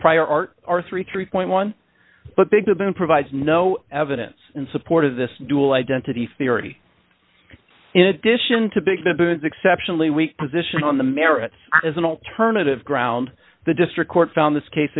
rior art or thirty three point one but bigger than provides no evidence in support of this dual identity theory in addition to begin to is exceptionally weak position on the merits as an alternative ground the district court found this case